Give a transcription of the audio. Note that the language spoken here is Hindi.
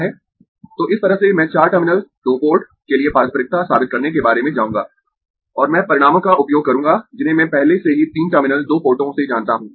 तो इस तरह से मैं चार टर्मिनल दो पोर्ट के लिए पारस्परिकता साबित करने के बारे में जाउंगा और मैं परिणामों का उपयोग करूंगा जिन्हें मैं पहले से ही तीन टर्मिनल दो पोर्टों से जानता हूं